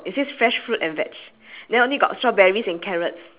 yes I mine has two scoops of ice-cream